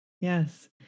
Yes